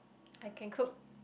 I can cook